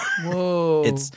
Whoa